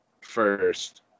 First